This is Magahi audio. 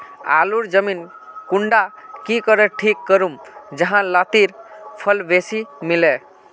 आलूर जमीन कुंडा की करे ठीक करूम जाहा लात्तिर फल बेसी मिले?